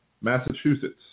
Massachusetts